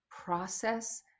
process